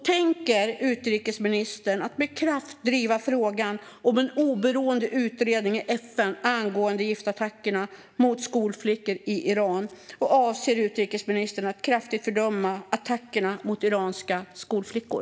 Tänker utrikesministern med kraft driva frågan om en oberoende utredning i FN angående giftattackerna mot skolflickor i Iran? Och avser utrikesministern att kraftigt fördöma attackerna mot iranska skolflickor?